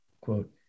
quote